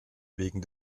wegen